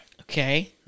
Okay